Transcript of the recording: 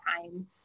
time